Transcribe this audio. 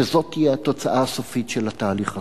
שזו תהיה התוצאה הסופית של התהליך הזה.